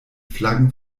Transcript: flaggen